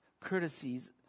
courtesies